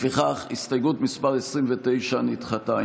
לפיכך, הסתייגות מס' 29 נדחתה.